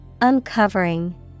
Uncovering